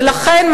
ולכן,